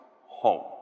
home